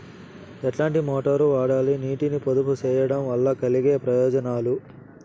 ఎట్లాంటి మోటారు వాడాలి, నీటిని పొదుపు సేయడం వల్ల కలిగే ప్రయోజనాలు?